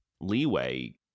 leeway